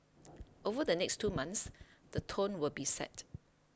over the next two months the tone will be set